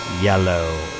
yellow